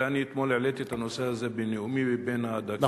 הרי אני אתמול העליתי את הנושא הזה בנאומי בן הדקה,